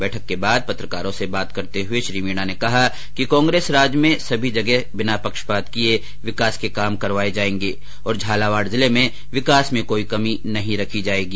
बैठक के बाद पत्रकारों से बात कर्ते हुए श्री मीणा ने कहा कि कांग्रेस राज्य में सभी जगह बिना पक्षपात किये विकास के कार्य करेगी और झालावाड जिले में विकास में कोई कमी नही रखी जायेगी